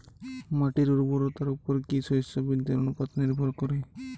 মাটির উর্বরতার উপর কী শস্য বৃদ্ধির অনুপাত নির্ভর করে?